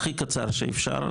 הכי קצר שאפשר,